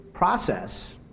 process